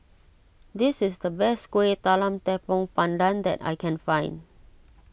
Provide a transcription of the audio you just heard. this is the best Kueh Talam Tepong Pandan that I can find